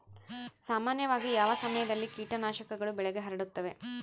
ಸಾಮಾನ್ಯವಾಗಿ ಯಾವ ಸಮಯದಲ್ಲಿ ಕೇಟನಾಶಕಗಳು ಬೆಳೆಗೆ ಹರಡುತ್ತವೆ?